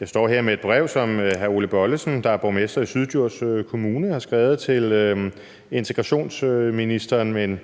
Jeg står her med et brev, som hr. Ole Bollesen, der er borgmester i Syddjurs Kommune, har skrevet til udlændinge- og integrationsministeren